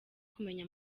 kumenya